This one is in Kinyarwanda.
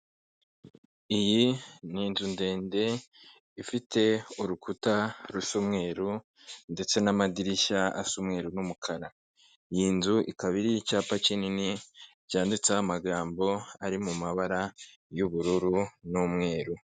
Iyi ni inzu ndende ifite urukuta rusa umweru ndetse n'amadirishya asa umweru n'umukara, iyi nzu ikaba iriho icyapa kinini cyanditseho amagambo ari mumabara y'ubururu n'umweru.